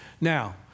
Now